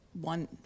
one